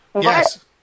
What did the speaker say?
Yes